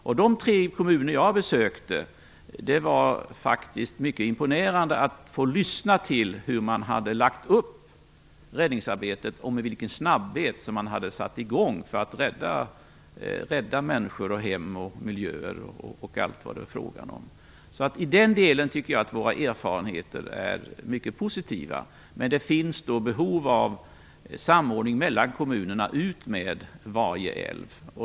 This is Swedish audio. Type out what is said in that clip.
I de tre kommuner jag besökte var det faktiskt mycket imponerande att få lyssna till hur man hade lagt upp räddningsarbetet, och med vilken snabbhet man hade satt i gång för att rädda människor och hem och miljöer och allt vad det är fråga om. I den delen tycker jag att våra erfarenheter är mycket positiva. Men det finns behov av samordning mellan kommunerna utmed varje älv.